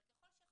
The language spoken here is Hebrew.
אבל ככל שחפרנו